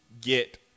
get